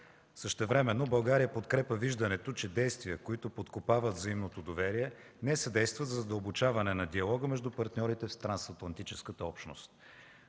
Същевременно България подкрепя виждането, че действия, които подкопават взаимното доверие, не съдействат за задълбочаване на диалога между партньорите с трансатлантическата общност.